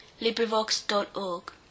LibriVox.org